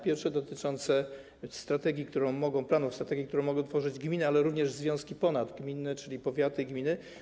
Pierwsze dotyczy strategii, planów strategii, którą mogą tworzyć gminy, ale również związki ponadgminne, czyli powiaty, gminy.